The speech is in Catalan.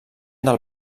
del